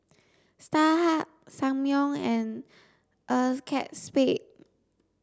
Starhub Ssangyong and ACEXSPADE